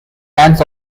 fans